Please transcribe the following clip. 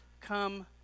come